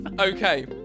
Okay